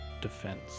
Defense